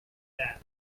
that